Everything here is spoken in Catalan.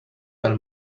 per